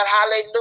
Hallelujah